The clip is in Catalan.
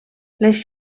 les